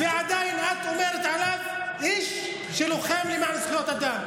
ועדיין את אומרת עליו: איש שלוחם למען זכויות אדם.